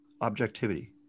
objectivity